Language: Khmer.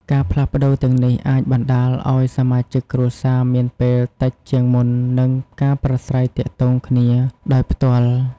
ការផ្លាស់ប្តូរទាំងនេះអាចបណ្ដាលឲ្យសមាជិកគ្រួសារមានពេលតិចជាងមុនក្នុងការប្រាស្រ័យទាក់ទងគ្នាដោយផ្ទាល់។